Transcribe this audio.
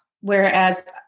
whereas